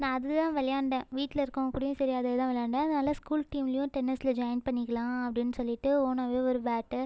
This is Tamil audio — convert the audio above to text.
நான் அதுதான் வெளையாண்டேன் வீட்டில் இருக்கறவங்க கூடயும் அதேதான் வெளையாண்டேன் அதனால ஸ்கூல் டீம்லியும் டென்னிஸில் ஜாயிண்ட் பண்ணிக்கலாம் அப்படின்னு சொல்லிவிட்டு உணவு ஒரு பேட்டு